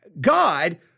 God